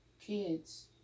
kids